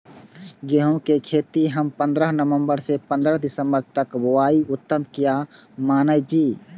गेहूं के खेती हम पंद्रह नवम्बर से पंद्रह दिसम्बर तक बुआई उत्तम किया माने जी?